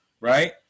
right